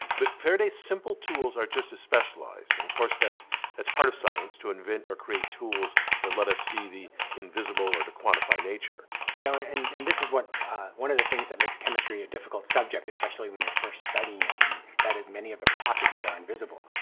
but faraday's simple tools are just as specialized and of course that's that's part of science to invent or create tools that let us see the invisible or to quantify nature. don you know and and this is what one of the things that makes chemistry a difficult subject especially when you're first studying it, and that is many of the properties are invisible.